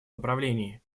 направлении